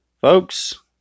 Folks